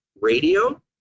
radio